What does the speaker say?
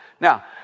Now